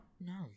No